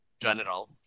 general